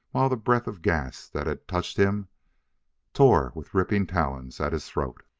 while the breath of gas that had touched him tore with ripping talons at his throat.